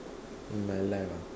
in my life ah